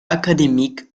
académiques